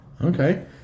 okay